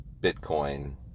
Bitcoin